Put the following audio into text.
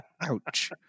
ouch